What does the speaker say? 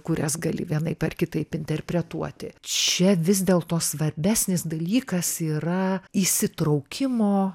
kurias gali vienaip ar kitaip interpretuoti čia vis dėlto svarbesnis dalykas yra įsitraukimo